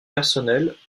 personnels